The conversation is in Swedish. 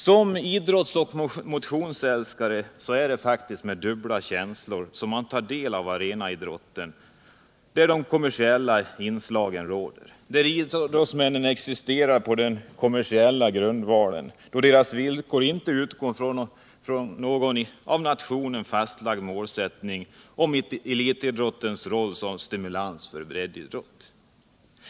Som idrottsoch motionsälskare är det med delade känslor man tar del av arenaidrotterna, där de kommersiella inslagen dominerar, där idrottsmännen existerar på den kommersiella grunden, där deras villkor inte utgår från en för nationen fastlagd målsättning om elitidrottens roll som stimulans för breddidrott.